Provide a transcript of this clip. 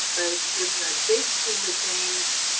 but in the big scheme of things,